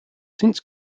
since